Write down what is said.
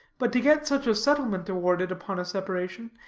but to get such a settlement awarded upon a separation,